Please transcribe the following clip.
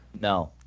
No